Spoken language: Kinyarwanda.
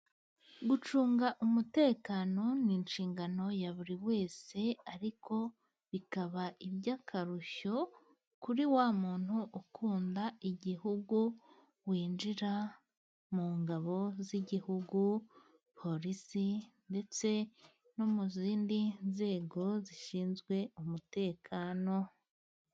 Gucunga umutekano ni inshingano ya buri wese, ariko bikaba iby'akarusho kuri wa muntu ukunda igihugu winjira mu ngabo z'igihugu, polisi ndetse no mu zindi nzego zishinzwe umutekano.